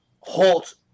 halt